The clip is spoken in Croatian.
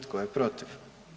Tko je protiv?